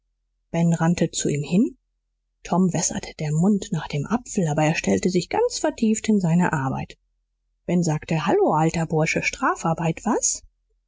ben rannte zu ihm hin tom wässerte der mund nach dem apfel aber er stellte sich ganz vertieft in seine arbeit ben sagte hallo alter bursche strafarbeit was